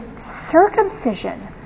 circumcision